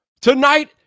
tonight